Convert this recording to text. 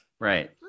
Right